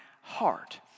heart